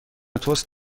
تست